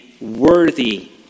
worthy